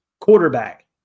quarterback